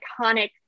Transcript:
iconic